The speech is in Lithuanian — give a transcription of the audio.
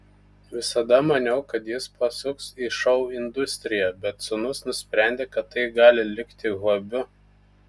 visada maniau kad jis pasuks į šou industriją bet sūnus nusprendė kad tai gali likti hobiu